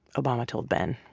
obama told ben.